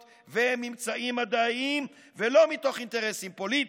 וממצאים מדעיים ולא מתוך אינטרסים פוליטיים.